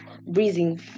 breathing